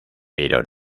pero